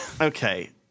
Okay